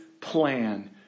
plan